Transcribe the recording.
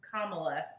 Kamala